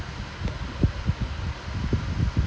and he's like worker also actually quite okay lah